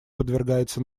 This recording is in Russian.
подвергается